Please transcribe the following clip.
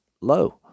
low